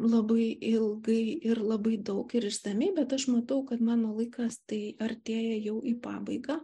labai ilgai ir labai daug ir išsamiai bet aš matau kad mano laikas tai artėja jau į pabaigą